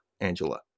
Angela